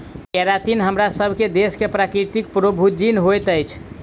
keratin हमरासभ केँ केश में प्राकृतिक प्रोभूजिन होइत अछि